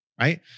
right